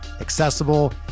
accessible